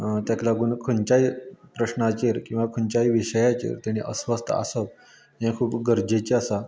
तेका लागून खंयच्याय प्रस्नांचेर किंवां खंयच्याय विशयाचेर तेणे अस्वस्थ आसप हे खूब गरजेचे आसा